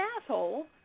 asshole